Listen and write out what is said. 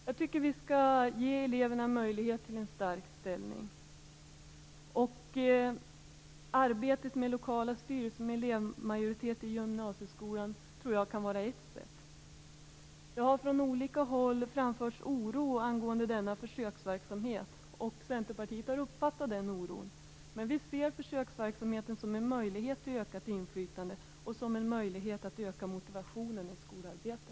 Jag tycker att vi skall ge eleverna möjlighet till en stark ställning. Arbetet med lokala styrelser med elevmajoritet i gymnasieskolan tror jag kan vara ett sätt. Det har från olika håll framförts oro angående denna försöksverksamhet. Centerpartiet har uppfattat den oron. Men vi ser försöksverksamheten som en möjlighet till ökat inflytande och som en möjlighet att öka motivationen i skolarbetet.